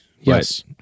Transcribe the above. Yes